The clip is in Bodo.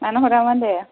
मानो हरामोन दे